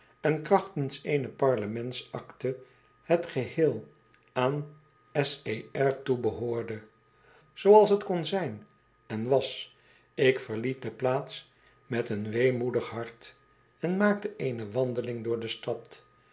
en krachtens eene parlements akte het geheel aan s e r toebehoorde zooals t kon zijn en was ik verliet de plaats met een weemoedig hart en maakte eene wandeling door de stad